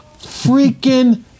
freaking